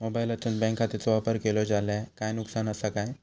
मोबाईलातसून बँक खात्याचो वापर केलो जाल्या काय नुकसान असा काय?